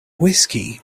whisky